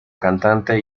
cantante